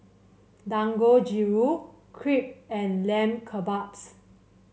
Dangojiru Crepe and Lamb Kebabs